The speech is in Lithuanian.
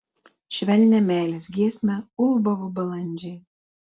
švelnią meilės giesmę ulbavo balandžiai